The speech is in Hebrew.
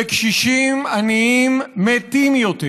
וקשישים עניים מתים יותר.